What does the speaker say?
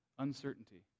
Uncertainty